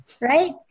right